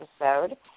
episode